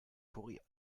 kurier